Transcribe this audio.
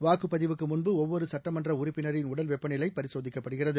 வாக்குப்பதிவுக்கு முன்பு ஒவ்வொரு சட்டமன்ற உறுப்பினரின் உடல் வெப்பநிலை பரிசோதிக்கப்படுகிறது